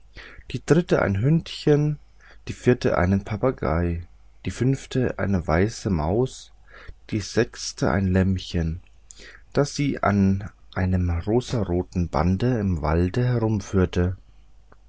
die dritte ein hündchen die vierte einen papagei die fünfte eine weiße maus die sechste ein lämmchen das sie an einem rosenroten bande im walde